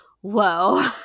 whoa